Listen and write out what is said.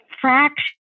fraction